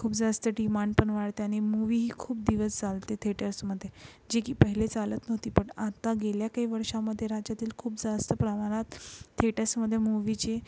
खूप जास्त डिमांड पण वाढते आणि मूवीही खूप दिवस चालते थेटर्समध्ये जे की पहिले चालत नव्हती पण आता गेल्या काही वर्षामध्ये राज्यातील खूप जास्त प्रमाणात थेटसमध्ये मूवीची